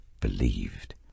believed